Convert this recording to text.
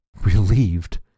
Relieved